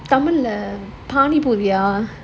tamil eh paani poori ah